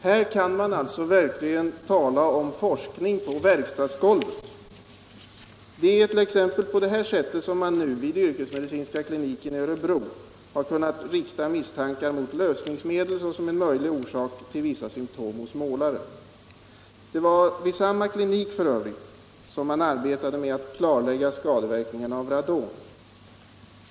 Här kan man alltså verkligen tala om forskning på verkstadsgolvet. Det är t.ex. på det här sättet som man nu vid yrkesmedicinska kliniken i Örebro har kunnat rikta misstankar mot lösningsmedel såsom en möjlig orsak till vissa symtom hos målare. Det var vid samma klinik f.ö. som man arbetade med att klarlägga skadeverkningarna av radon.